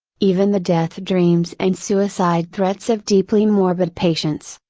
even the death dreams and suicide threats of deeply morbid patients,